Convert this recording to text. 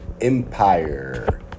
Empire